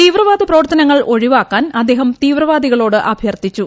തീവ്രവാദ പ്രവർത്തനങ്ങൾ ഒഴിവാക്കാൻ അദ്ദേഹം തീവ്രവാദി കളോട്അഭ്യർത്ഥിച്ചു